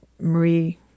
Marie